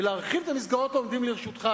ולהרחיב את המסגרות העומדות לרשותך,